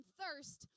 thirst